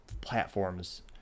platforms